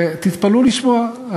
ותתפלאו לשמוע,